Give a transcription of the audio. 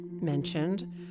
mentioned